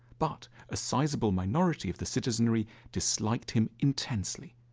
but a sizeable minority of the citizenry disliked him intensely.